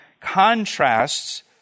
contrasts